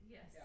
Yes